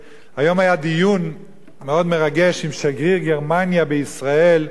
היום היה דיון מאוד מרגש עם שגריר גרמניה בישראל על